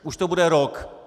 Už to bude rok.